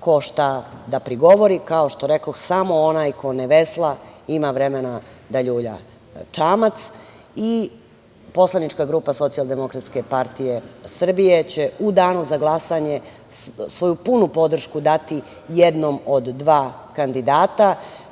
ko šta da prigovori. Kao što rekoh, samo onaj ko ne vesla ima vremena da ljulja čamac. Poslanička grupa Socijaldemokratske partije Srbije će u danu za glasanje svoju punu podršku dati jednom od dva kandidata,